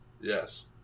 Yes